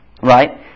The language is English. right